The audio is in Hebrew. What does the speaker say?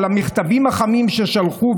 על המכתבים החמים ששלחו,